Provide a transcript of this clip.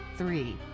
Three